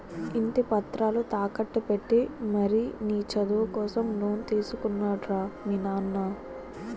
ఇంటి పత్రాలు తాకట్టు పెట్టి మరీ నీ చదువు కోసం లోన్ తీసుకున్నాడు రా మీ నాన్న